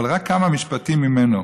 אבל רק כמה משפטים ממנה.